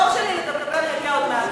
התור שלי לדבר יגיע עוד מעט,